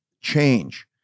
change